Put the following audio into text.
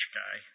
guy